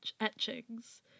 etchings